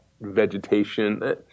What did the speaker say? vegetation